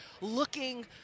looking